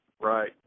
right